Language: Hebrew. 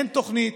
אין תוכנית,